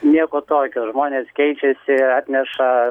nieko tokio žmonės keičiasi atneša